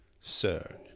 sir